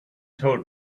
told